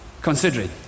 considering